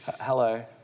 Hello